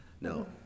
no